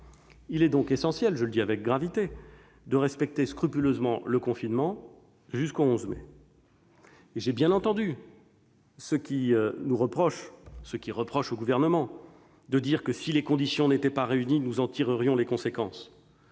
Il est donc essentiel, je le dis avec gravité, de respecter scrupuleusement le confinement jusqu'au 11 mai. J'ai bien entendu ceux qui nous reprochent, ceux qui reprochent au Gouvernement de dire que, si les conditions n'étaient pas réunies, nous en tirerions les conséquences.